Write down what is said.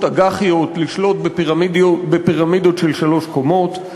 אג"חיות לשלוט בפירמידות של שלוש קומות,